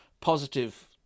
Positive